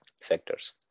sectors